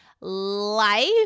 life